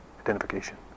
identification